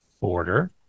border